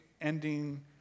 ending